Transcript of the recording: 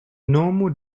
normal